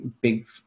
big